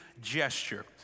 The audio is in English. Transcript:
gesture